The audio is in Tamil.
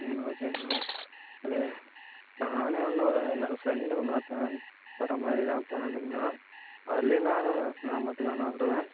ம் ஓகேண்ணா ஒரு நான் இன்னொரு என்னோட ஃப்ரெண்ட்டு இன்னொருத்தன் வர மாதிரி தான் பிளானிங்ண்ணா வரலைன்னால் நான் மட்டும்தாண்ணா வருவேன்